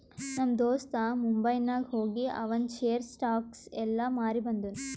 ನಮ್ ದೋಸ್ತ ಮುಂಬೈನಾಗ್ ಹೋಗಿ ಆವಂದ್ ಶೇರ್, ಸ್ಟಾಕ್ಸ್ ಎಲ್ಲಾ ಮಾರಿ ಬಂದುನ್